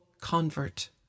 convert